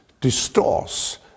distorts